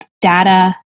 data